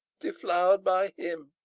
deflowered by him.